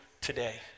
today